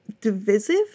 divisive